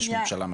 יש ממשלה מחוקקת.